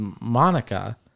Monica